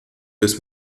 des